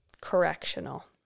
correctional